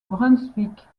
brunswick